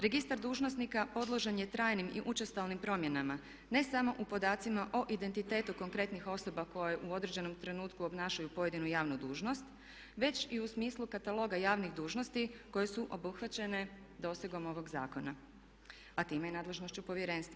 Registar dužnosnika podložan je trajnim i učestalim promjenama ne samo u podacima o identitetu konkretnih osoba koje u određenom trenutku obnašaju pojedinu javnu dužnost već i u smislu kataloga javnih dužnosti koje su obuhvaćene dosegom ovog zakona, a time i nadležnošću Povjerenstva.